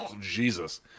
Jesus